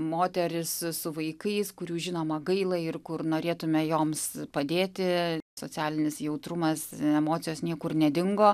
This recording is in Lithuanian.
moteris su vaikais kurių žinoma gaila ir kur norėtume joms padėti socialinis jautrumas emocijos niekur nedingo